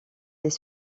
les